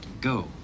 go